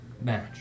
match